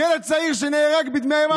ילד צעיר שנהרג בדמי ימיו,